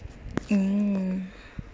mm